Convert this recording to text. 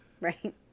Right